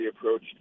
approach